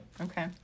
Okay